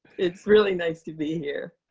it's really nice to be here.